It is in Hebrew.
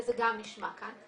זה גם נשמע כאן.